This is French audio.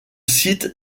site